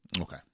Okay